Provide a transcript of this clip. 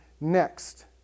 next